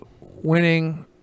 winning